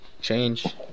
Change